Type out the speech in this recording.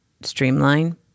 streamline